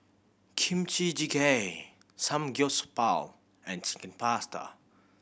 Kimchi Jjigae Samgyeopsal and Chicken Pasta